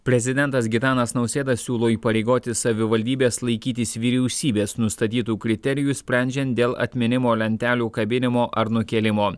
prezidentas gitanas nausėda siūlo įpareigoti savivaldybes laikytis vyriausybės nustatytų kriterijų sprendžiant dėl atminimo lentelių kabinimo ar nukėlimo